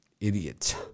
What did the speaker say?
Idiot